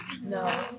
No